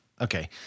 okay